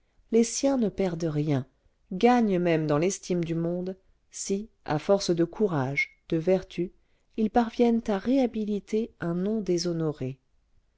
les siens ne perdent rien gagnent même dans l'estime du monde si à force de courage de vertus ils parviennent à réhabiliter un nom déshonoré